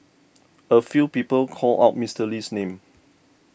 a few people called out Mister Lee's name